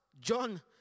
John